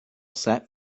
set